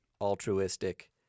altruistic